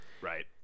Right